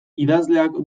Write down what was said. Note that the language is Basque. idazleak